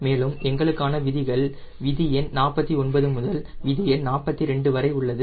மேலும் எங்களுக்கான விதிகள் விதி எண் 49 முதல் விதி எண் 62 வரை உள்ளது